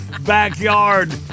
backyard